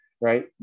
right